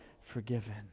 forgiven